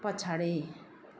पछाडि